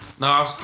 No